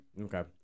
Okay